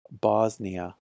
Bosnia